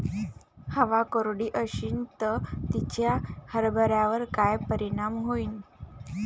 हवा कोरडी अशीन त तिचा हरभऱ्यावर काय परिणाम होईन?